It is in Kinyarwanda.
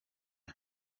sgt